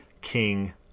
king